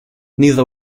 neither